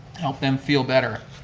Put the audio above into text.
help them feel better.